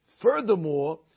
Furthermore